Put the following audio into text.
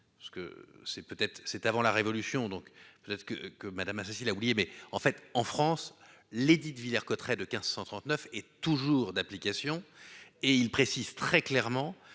parce que c'est peut-être c'est avant la révolution donc sais ce que que Madame Assassi là oublié, mais en fait en France l'édit de Villers-Cotterets de 139 est toujours d'application et il précise très clairement